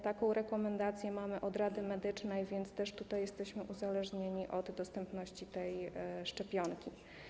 Taką rekomendację mamy od Rady Medycznej, ale tutaj też jesteśmy uzależnieni od dostępności tej szczepionki.